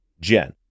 Jen